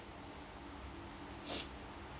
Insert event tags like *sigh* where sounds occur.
*breath*